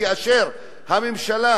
כאשר הממשלה